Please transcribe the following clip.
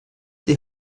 die